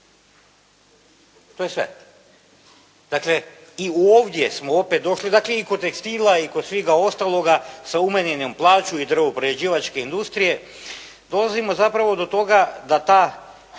to je sve. Dakle, i ovdje smo opet došli da … /Govornik se ne razumije./ … svega ostaloga sa umanjenim plaću i drvoprerađivačke industrije, dolazimo zapravo do toga da ta